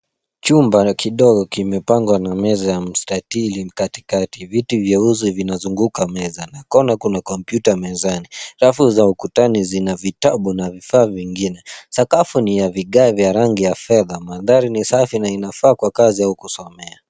Chumba la kidogo kimepangwa na meza ya mstatili katikati. Viti vyeusi vinazunguka meza na kona kuna kompyuta mezani. Rafu za ukutani zina vitabu na vifaa vingine. Sakafu ni ya vigae vya rangi ya fedha. Mandhari ni safi na inafaa kwa kazi au kusomea.